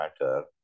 matter